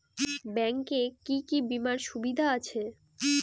Bank এ কি কী বীমার সুবিধা আছে?